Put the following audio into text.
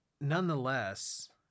nonetheless